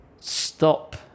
stop